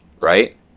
right